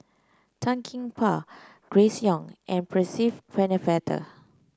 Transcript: Tan Gee Paw Grace Young and Percy Pennefather